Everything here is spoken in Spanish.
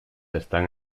están